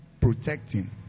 protecting